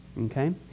okay